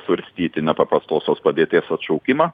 svarstyti nepaprastosios padėties atšaukimą